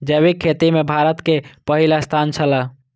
जैविक खेती में भारत के पहिल स्थान छला